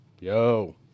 Yo